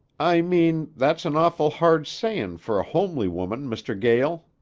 i mean, that's an awful hard sayin' fer a homely woman, mr. gael.